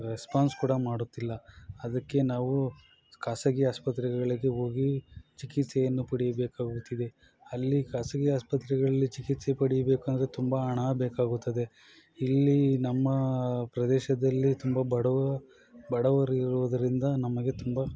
response ಕೂಡ ಮಾಡುತ್ತಿಲ್ಲ ಅದಕ್ಕೆ ನಾವು ಖಾಸಗಿ ಆಸ್ಪತ್ರೆಗಳಿಗೆ ಹೋಗಿ ಚಿಕಿತ್ಸೆಯನ್ನು ಪಡೆಯಬೇಕಾಗುತ್ತಿದೆ ಅಲ್ಲಿ ಖಾಸಗಿ ಆಸ್ಪತ್ರೆಗಳಲ್ಲಿ ಚಿಕಿತ್ಸೆ ಪಡಿಬೇಕಂದರೆ ತುಂಬ ಹಣ ಬೇಕಾಗುತ್ತದೆ ಇಲ್ಲಿ ನಮ್ಮ ಪ್ರದೇಶದಲ್ಲಿ ತುಂಬ ಬಡವ ಬಡವರು ಇರುವುದರಿಂದ ನಮಗೆ ತುಂಬ